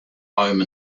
home